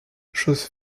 chose